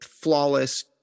flawless